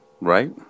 Right